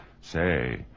Say